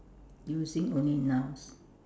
using only nouns